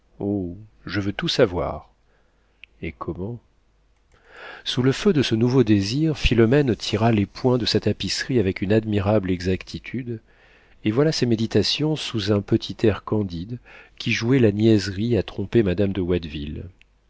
je veux tout savoir et comment sous le feu de ce nouveau désir philomène tira les points de sa tapisserie avec une admirable exactitude et voilà ses méditations sous un petit air candide qui jouait la niaiserie à tromper madame de